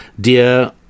dear